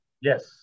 Yes